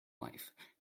life